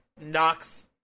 knocks